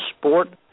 sport